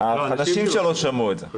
האנשים שלו שמעו את זה.